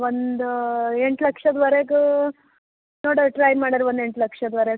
ಒಂದು ಎಂಟು ಲಕ್ಷದವರೆಗೂ ನೋಡುವ ಟ್ರೈ ಮಾಡೋಣ ಒಂದು ಎಂಟು ಲಕ್ಷದ್ವರೆಗೆ